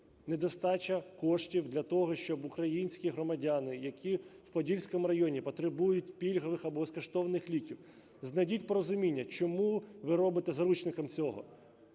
недостача коштів для того, щоб українські громадяни, які в Подільському районі потребують пільгових або безкоштовних ліків, знайдіть порозуміння. Чому ви робите заручниками цього